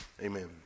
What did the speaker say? Amen